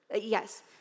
Yes